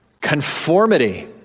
conformity